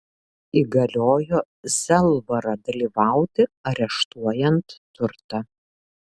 įgaliojo zelvarą dalyvauti areštuojant turtą